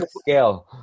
scale